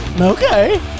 Okay